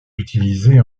utilisés